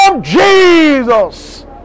Jesus